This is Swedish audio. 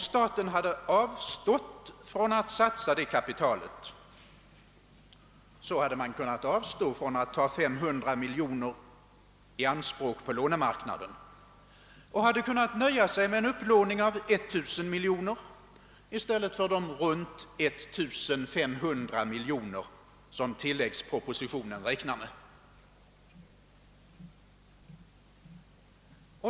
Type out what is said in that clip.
Om staten hade avstått från att satsa det kapitalet, så hade man kunnat avstå från att ta 500 miljoner i anspråk på lånemarknaden och kunnat nöja sig med en upplåning av 19000 miljoner i stället för de i runda tal 1500 miljoner som det räknas med i tilläggspropositionen.